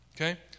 Okay